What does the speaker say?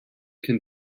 can